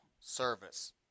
service